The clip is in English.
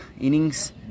innings